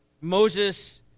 Moses